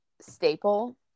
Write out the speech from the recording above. staple